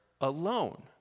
alone